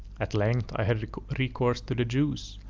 at length i had recourse to the jews,